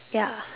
ya